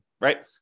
right